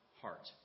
heart